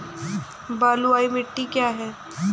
बलुई मिट्टी क्या है?